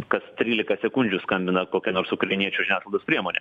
kas trylika sekundžių skambina kokia nors ukrainiečių žiniasklaidos priemonė